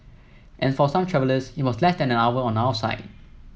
and for some travellers it was less than an hour on our side